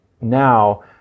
now